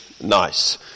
nice